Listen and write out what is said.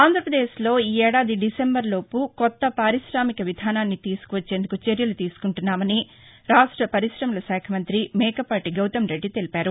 ఆంధ్రాపదేశ్ లో ఈఏడాది డిసెంబర్ లోపు కొత్త పారిశామిక విధానాన్ని తీసుకొచ్చేందుకు చర్యలు తీసుకుంటున్నామని రాష్ట పరిశమలశాఖ మంతి మేకపాటి గౌతమ్రెడ్డి తెలిపారు